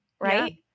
right